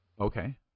Okay